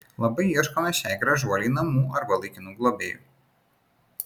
labai ieškome šiai gražuolei namų arba laikinų globėjų